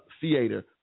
Theater